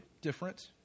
different